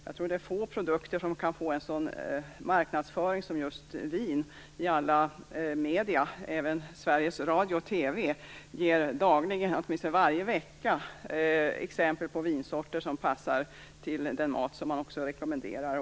Det är nog få produkter som kan få en sådan marknadsföring som vin i alla medier. Även Sveriges Radio och Sveriges Television ger dagligen, åtminstone varje vecka, exempel på vinsorter som passar till den mat som man också rekommenderar.